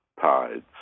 tides